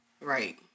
Right